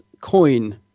coin